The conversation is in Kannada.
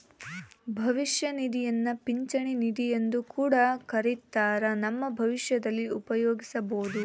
ಭವಿಷ್ಯ ನಿಧಿಯನ್ನ ಪಿಂಚಣಿ ನಿಧಿಯೆಂದು ಕೂಡ ಕರಿತ್ತಾರ, ನಮ್ಮ ಭವಿಷ್ಯದಲ್ಲಿ ಉಪಯೋಗಿಸಬೊದು